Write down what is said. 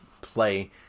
play